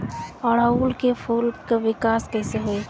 ओड़ुउल के फूल के विकास कैसे होई?